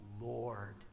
Lord